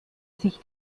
sich